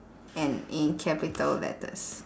and in capital letters